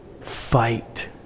fight